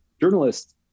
journalists